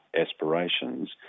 aspirations